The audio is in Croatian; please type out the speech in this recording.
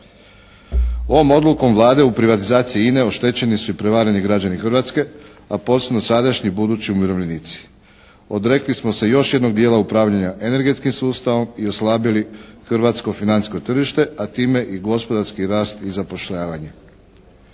Ovom Odlukom Vlade u privatizaciji INA-e oštećeni su i prevareni građani Hrvatske a posebno sadašnji i budući umirovljenici. Odrekli smo se još jednog dijela upravljanja energetskim sustavom i oslabili hrvatsko financijsko tržište a time i gospodarski rast i zapošljavanje.